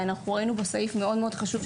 אנחנו ראינו בו כסעיף מאוד חשוב,